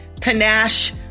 panache